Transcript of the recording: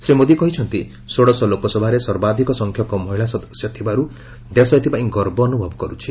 ଶ୍ରୀ ମୋଦି କହିଛନ୍ତି ଷୋଡଶ ଲୋକସଭାରେ ସର୍ବାଧକ ସଂଖ୍ୟକ ମହିଳା ସଦସ୍ୟ ଥିବାରୁ ଦେଶ ଏଥିପାଇଁ ଗର୍ବ ଅନୁଭବ କରୁଛି